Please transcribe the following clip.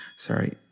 Sorry